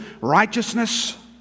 righteousness